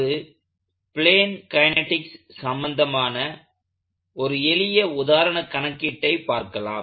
ஒரு plane kinetics சம்பந்தமான ஒரு எளிய உதாரண கணக்கீட்டை பார்க்கலாம்